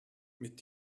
mit